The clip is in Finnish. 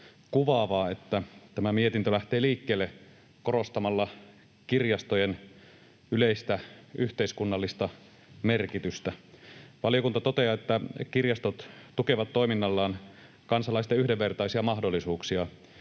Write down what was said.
kuvaavaa, että tämä mietintö lähtee liikkeelle korostamalla kirjastojen yleistä yhteiskunnallista merkitystä. Valiokunta toteaa, että kirjastot tukevat toiminnallaan kansalaisten yhdenvertaisia mahdollisuuksia